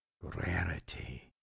rarity